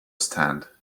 stand